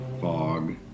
fog